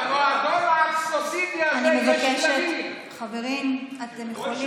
אבל לא יכול להיות יהודי על ידי זה שאתה מצביע פה.